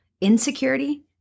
insecurity